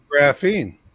graphene